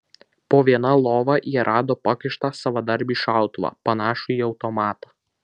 po viena lova jie rado pakištą savadarbį šautuvą panašų į automatą